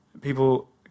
People